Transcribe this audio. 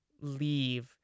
leave